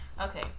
Okay